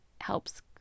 helps